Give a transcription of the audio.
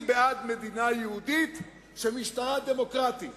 אני בעד מדינה יהודית שמשטרה דמוקרטי.